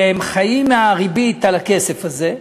והם חיים מהריבית על הכסף הזה,